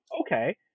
okay